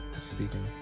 speaking